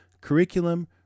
curriculum